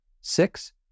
six